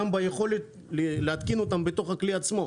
גם ביכולת להתקין אותן בתוך הכלי עצמו.